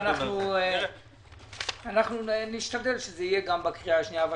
אנחנו נשתדל שזה יהיה גם בקריאה השנייה והשלישית.